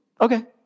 Okay